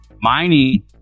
Mining